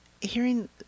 hearing